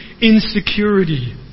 insecurity